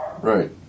Right